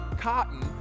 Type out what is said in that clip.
cotton